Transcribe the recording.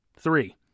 Three